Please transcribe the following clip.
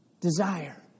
Desire